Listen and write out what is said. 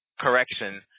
correction